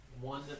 one